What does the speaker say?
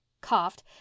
coughed